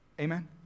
Amen